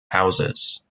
houses